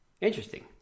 Interesting